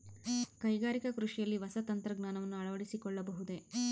ಕೈಗಾರಿಕಾ ಕೃಷಿಯಲ್ಲಿ ಹೊಸ ತಂತ್ರಜ್ಞಾನವನ್ನ ಅಳವಡಿಸಿಕೊಳ್ಳಬಹುದೇ?